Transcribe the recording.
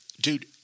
dude